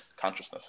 consciousness